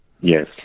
Yes